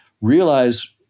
realize